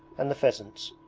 and the pheasants,